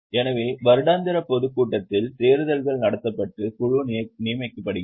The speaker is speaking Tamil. எனவே வருடாந்திர பொதுக் கூட்டத்தில் தேர்தல்கள் நடத்தப்பட்டு குழு நியமிக்கப்படுகிறது